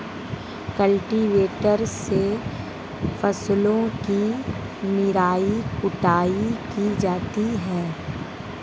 cultivator से फसलों की निराई गुड़ाई की जाती है